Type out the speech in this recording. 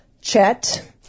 Chet